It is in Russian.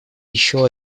еще